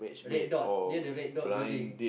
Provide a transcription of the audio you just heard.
Red Dot near the Red Dot Building